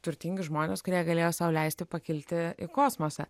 turtingi žmonės kurie galėjo sau leisti pakilti į kosmosą